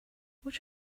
watch